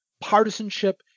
partisanship